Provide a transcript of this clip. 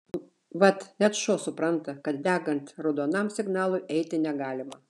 vat net šuo supranta kad degant raudonam signalui eiti negalima